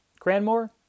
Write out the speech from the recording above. Cranmore